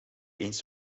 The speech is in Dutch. eens